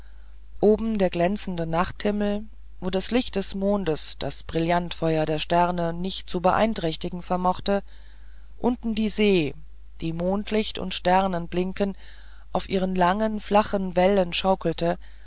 oben der glänzende nachthimmel wo das licht des mondes das brillantfeuer der sterne nicht zu beeinträchtigen vermochte unten die see die mondlicht und sternenblinken auf ihren langen flachen wellen schaukelte